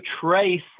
Trace